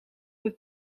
het